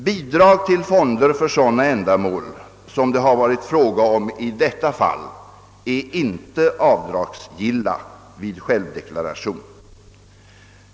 Bidrag till fonder för sådana ändamål, som det varit fråga om i detta fall, är inte avdragsgilla vid självdeklaration.